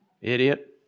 idiot